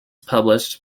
published